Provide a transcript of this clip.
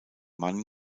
mann